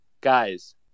guys